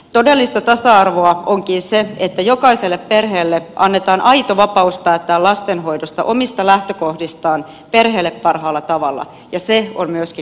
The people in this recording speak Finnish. todellista tasa arvoa onkin se että jokaiselle perheelle annetaan aito vapaus päättää lastenhoidosta omista lähtökohdistaan perheelle parhaalla tavalla ja se on myöskin lapsen etu